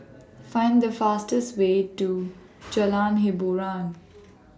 Find The fastest Way to Jalan Hiboran